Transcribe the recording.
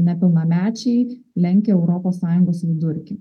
nepilnamečiai lenkia europos sąjungos vidurkį